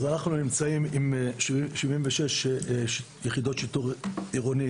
אנחנו נמצאים עם 76 יחידות שיטור עירוני